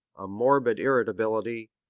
a morbid irritability,